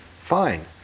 Fine